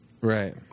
Right